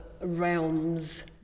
realms